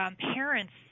parents